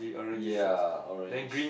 yea orange